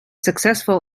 successful